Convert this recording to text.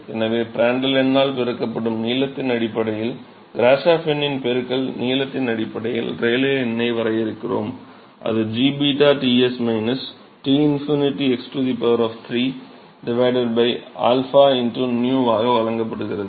எனவே பிராண்டல் எண்ணால் பெருக்கப்படும் நீளத்தின் அடிப்படையில் கிராஷோஃப் எண்ணின் பெருக்கல் நீளத்தின் அடிப்படையில் ரேலே எண்ணை வரையறுக்கிறோம் அது g 𝞫 Ts T∞ x 3 𝞪𝝂 ஆக வழங்கப்படுகிறது